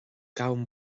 gabhaim